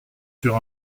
sur